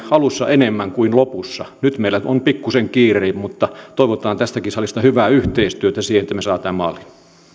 alussa enemmän kuin lopussa nyt meillä on pikkuisen kiire mutta toivotaan tästäkin salista hyvää yhteistyötä siihen että me saamme tämän maaliin